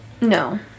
No